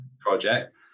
project